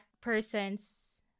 person's